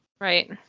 Right